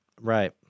Right